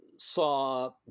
saw